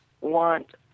want